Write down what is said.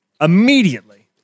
Immediately